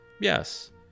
Yes